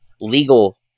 legal